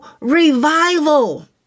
revival